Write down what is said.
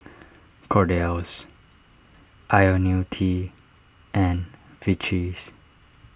Kordel's Ionil T and Vichy's